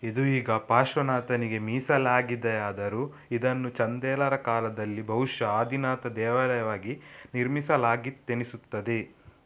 ಇದು ಈಗ ಪಾರ್ಶ್ವನಾಥನಿಗೆ ಮೀಸಲಾಗಿದೆಯಾದರು ಇದನ್ನು ಚಂದೇಲರ ಕಾಲದಲ್ಲಿ ಬಹುಶ ಆದಿನಾಥ ದೇವಾಲಯವಾಗಿ ನಿರ್ಮಿಸಲಾಗಿತ್ತು ಎನಿಸುತ್ತದೆ